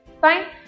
Fine